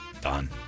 done